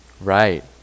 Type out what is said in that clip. Right